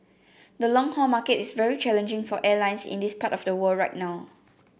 the long haul market is very challenging for airlines in this part of the world right now